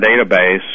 database